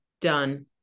done